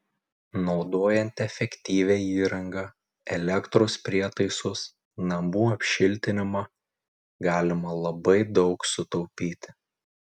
naudojant efektyvią įrangą elektros prietaisus namų apšiltinimą galima labai daug sutaupyti